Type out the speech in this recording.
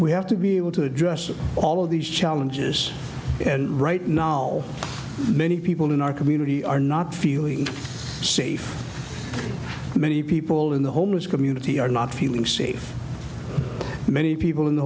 we have to be able to address all of these challenges and right now many people in our community are not feeling safe many people in the homeless community are not feeling safe many people in the